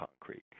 concrete